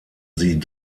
sie